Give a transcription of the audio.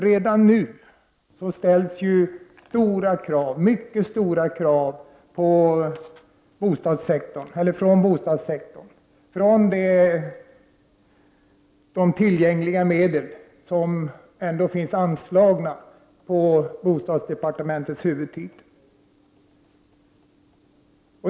Redan nu ställs mycket stora krav från bostadssektorn på de medel som anslagits under bostadsdepartementets huvudtitel.